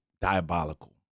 diabolical